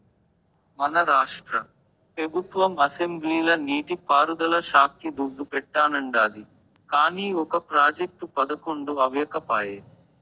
మన రాష్ట్ర పెబుత్వం అసెంబ్లీల నీటి పారుదల శాక్కి దుడ్డు పెట్టానండాది, కానీ ఒక ప్రాజెక్టు అవ్యకపాయె